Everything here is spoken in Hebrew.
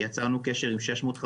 יצרנו קשר עם 650 אנשים.